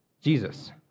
Jesus